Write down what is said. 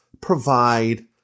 provide